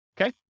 Okay